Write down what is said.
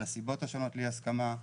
על הסיבות השונות לאי ההסכמה,